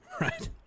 Right